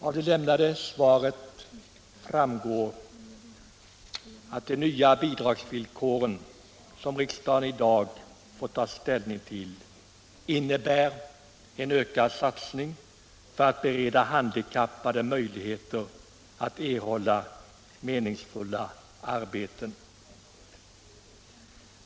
Av svaret framgår vidare att de nya bidragsvillkoren som riksdagen i dag får ta ställning till innebär en ökad satsning för att bereda handikappade möjligheter att erhålla meningsfulla arbeten.